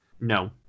No